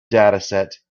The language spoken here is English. dataset